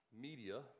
media